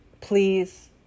Please